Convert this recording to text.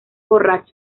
borracho